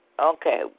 Okay